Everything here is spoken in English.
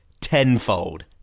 tenfold